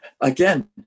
again